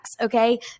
okay